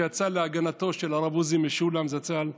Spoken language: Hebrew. שיצא להגנתו של הרב עוזי משולם זצ"ל,